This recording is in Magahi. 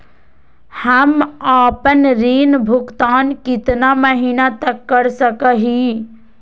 हम आपन ऋण भुगतान कितना महीना तक कर सक ही?